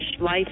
Life